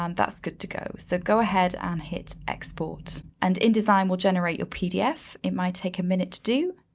um that's good to go, so go ahead and hit export. and indesign, we'll generate your pdf, it might take a minute to do.